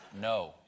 no